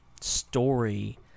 story